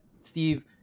Steve